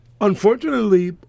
Unfortunately